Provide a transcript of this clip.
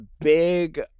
big